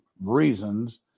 reasons